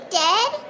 dead